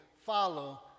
follow